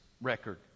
record